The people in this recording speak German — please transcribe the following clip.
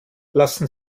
lassen